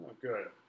Good